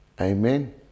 Amen